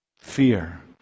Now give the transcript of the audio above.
Fear